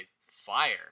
fire